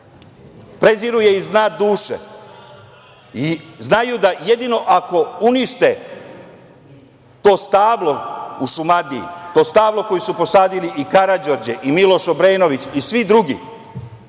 preziru je iz dna duše. Znaju da jedino ako unište to stablo u Šumadiji, to stablo koje su posadili i Karađorđe i Miloš Obrenović i svi drugi,